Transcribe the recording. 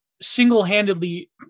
single-handedly